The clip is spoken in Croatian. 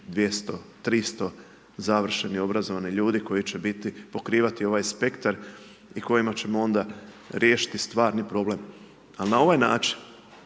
200-300 završenih obrazovnih ljudi koji će biti, pokrivati ovaj spektar i kojima ćemo onda riješiti stvarni problem. Ali, na ovaj način